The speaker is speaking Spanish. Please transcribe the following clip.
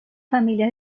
familia